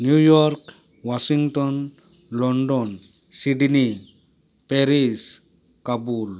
New York Washington London Sydney Paris Kabul